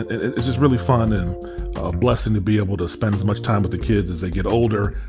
it was just really fun and a blessing to be able to spend as much time with the kids as they get older,